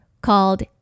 called